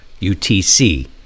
UTC